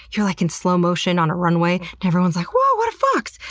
you're like in slow motion on a runway, and everyone's like, whoa, what a fox!